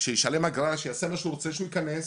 שישלם אגרה, שיעשה מה שהוא רוצה, שהוא יכנס,